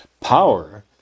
power